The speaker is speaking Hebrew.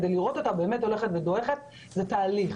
כדי לראות אותה הולכת ודועכת זה תהליך.